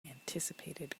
anticipated